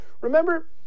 remember